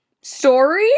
Story